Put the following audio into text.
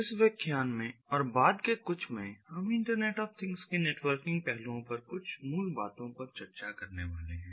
इस व्याख्यान में और बाद के कुछ में हम इंटरनेट ऑफ थिंग्स के नेटवर्किंग पहलुओं पर कुछ मूल बातों पर चर्चा करने वाले हैं